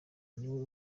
niwe